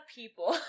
people